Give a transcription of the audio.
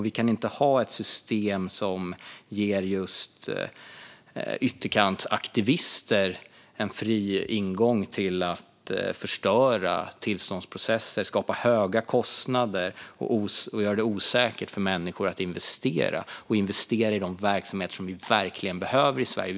Vi kan inte ha ett system som ger just ytterkantsaktivister en fri ingång till att förstöra tillståndsprocesser, skapa höga kostnader och göra det osäkert för människor att investera i de verksamheter som vi verkligen behöver i Sverige.